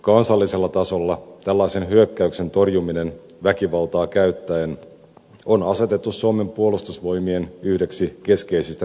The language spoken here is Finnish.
kansallisella tasolla tällaisen hyökkäyksen torjuminen väkivaltaa käyttäen on asetettu suomen puolustusvoimien yhdeksi keskeisistä tehtävistä